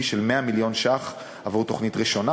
של 100 מיליון ש"ח עבור התוכנית הראשונה,